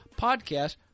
podcast